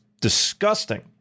disgusting